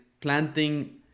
planting